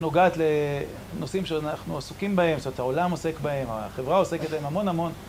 נוגעת לנושאים שאנחנו עסוקים בהם, זאת אומרת העולם עוסק בהם, החברה עוסקת בהם המון המון